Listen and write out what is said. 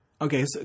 Okay